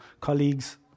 colleagues